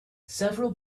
several